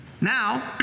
Now